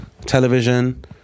television